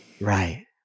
right